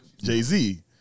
Jay-Z